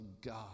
God